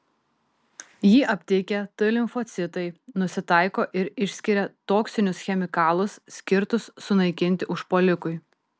jį aptikę t limfocitai nusitaiko ir išskiria toksinius chemikalus skirtus sunaikinti užpuolikui